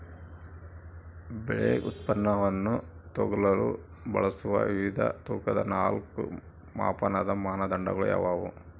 ಬೆಳೆ ಉತ್ಪನ್ನವನ್ನು ತೂಗಲು ಬಳಸುವ ವಿವಿಧ ತೂಕದ ನಾಲ್ಕು ಮಾಪನದ ಮಾನದಂಡಗಳು ಯಾವುವು?